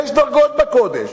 יש דרגות בקודש,